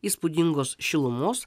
įspūdingos šilumos